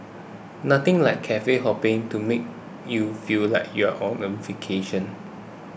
nothing like cafe hopping to make you feel like you're on a vacation